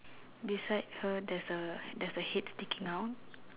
beside her there's a there's a head sticking out